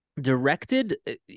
directed